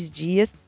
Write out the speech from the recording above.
dias